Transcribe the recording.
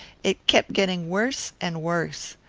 it kept getting worse and worse.